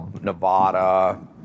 Nevada